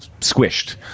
squished